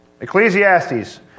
Ecclesiastes